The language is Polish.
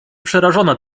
przerażona